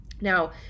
Now